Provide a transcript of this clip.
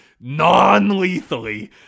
non-lethally